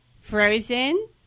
Frozen